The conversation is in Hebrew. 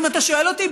אם אתה שואל אותי,